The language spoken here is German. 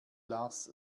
lars